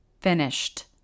finished